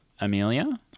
Amelia